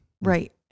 right